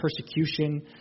persecution